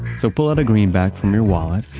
so pull out a greenback from your wallet,